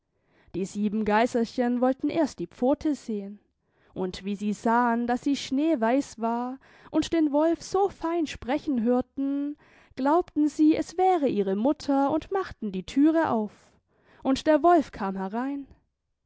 die sieben geiserchen wollten erst die pfote sehen und wie sie sahen daß sie schneeweiß war und den wolf so fein sprechen hörten glaubten sie es wäre ihre mutter und machten die thüre auf und der wolf kam herein